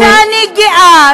ואני גאה,